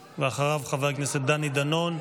ואחריו, חבר הכנסת דני דנון.